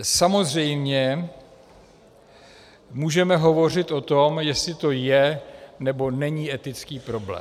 Samozřejmě můžeme hovořit o tom, jestli to je, nebo není etický problém.